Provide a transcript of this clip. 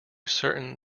certain